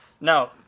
No